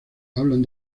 hablan